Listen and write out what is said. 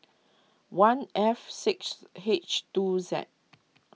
one F six H two Z